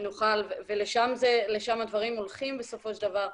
לשם הדברים הולכים בסופו של דבר.